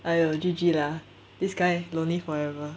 !aiya! G_G lah this guy lonely forever